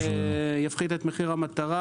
זה יפחית את מחיר המטרה